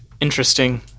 Interesting